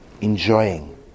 enjoying